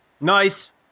Nice